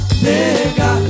nega